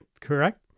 correct